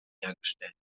hergestellt